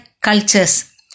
cultures